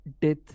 death